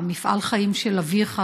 מפעל החיים של אביך,